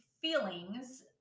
feelings